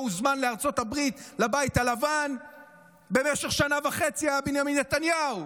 הוזמן לארצות הברית לבית הלבן במשך שנה וחצי היה בנימין נתניהו.